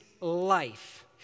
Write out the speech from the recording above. life